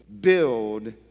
build